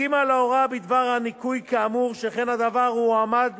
הסכימה להוראה בדבר ניכוי כאמור, שכן הדבר הועמד